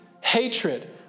hatred